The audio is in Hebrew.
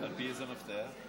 לפי איזה מפתח?